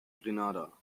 grenada